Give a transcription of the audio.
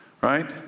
right